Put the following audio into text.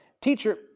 Teacher